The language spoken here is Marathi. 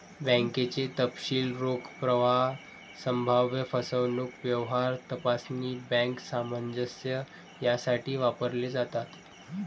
बँकेचे तपशील रोख प्रवाह, संभाव्य फसवणूक, व्यवहार तपासणी, बँक सामंजस्य यासाठी वापरले जातात